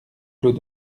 clos